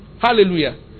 Hallelujah